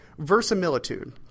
Versimilitude